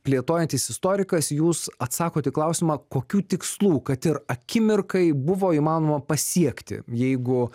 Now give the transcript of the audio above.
plėtojantis istorikas jūs atsakote į klausimą kokių tikslų kad ir akimirkai buvo įmanoma pasiekti jeigu